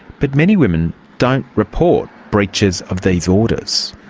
but many women don't report breaches of these orders.